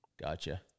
gotcha